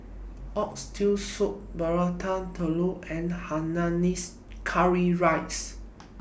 Oxtail Soup Prata Telur and Hainanese Curry Rice